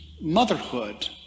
motherhood